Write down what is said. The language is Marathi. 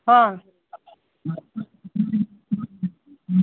हां